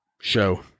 show